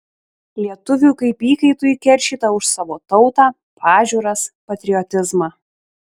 lietuviui kaip įkaitui keršyta už savo tautą pažiūras patriotizmą